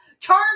Turn